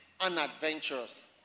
unadventurous